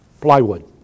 plywood